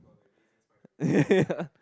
yeah